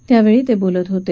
त्यावेळी ते बोलत होते